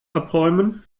abräumen